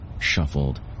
shuffled